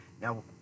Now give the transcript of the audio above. now